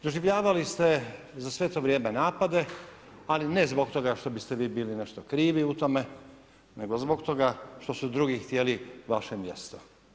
Proživljavali ste za sve to vrijeme napade ali ne zbog toga što bi ste vi bili nešto krivi u tome, nego zbog toga što su drugi htjeli vaše mjesto.